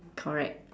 correct